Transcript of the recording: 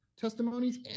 Testimonies